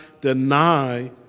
deny